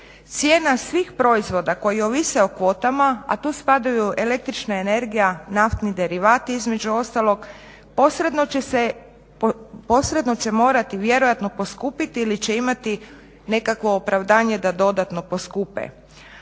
Cijena svih proizvoda koje ovise o kvotama, a tu spadaju električna energija, naftni derivati između ostalog posredno će morati vjerojatno poskupiti ili će imati nekakvo opravdanje da dodatno poskupe,